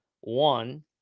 one